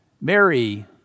Mary